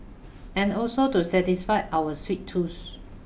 and also to satisfy our sweet tooth